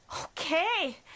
Okay